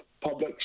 public